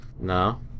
No